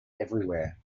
everywhere